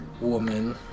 woman